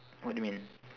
what do you mean